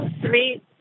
three